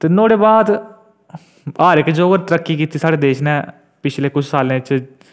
ते नुहाड़े बाद हर इक जगह तरक्की कीती साढ़े देश ने पिछले किश सालें च